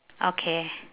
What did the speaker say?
okay